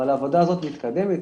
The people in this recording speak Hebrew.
אבל העבודה הזאת מתקדמת,